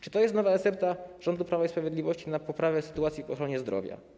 Czy to jest nowa recepta rządu Prawa i Sprawiedliwości na poprawę sytuacji w ochronie zdrowia?